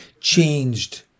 changed